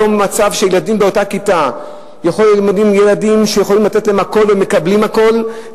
היום יש מצב שבאותה כיתה יש ילדים שיכולים לתת להם הכול ומקבלים הכול,